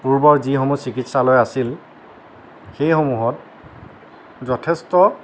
পূৰ্বৰ যিসমূহ চিকিৎসালয় আছিল সেইসমূহত যথেষ্ট